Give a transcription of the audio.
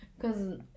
Cause